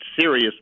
serious